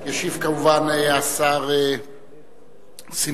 ישיב, כמובן, השר שמחון.